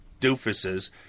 doofuses